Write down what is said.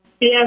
Yes